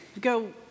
go